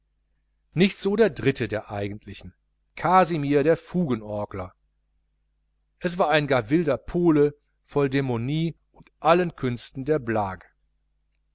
nicht so der dritte der eigentlichen kasimir der fugenorgler es war ein gar wilder pole voll von dämonie und allen künsten der blague